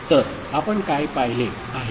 तर आपण काय पाहिले आहे